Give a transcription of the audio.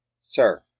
Sir